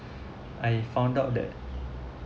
I found out that